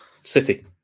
City